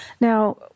Now